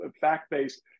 fact-based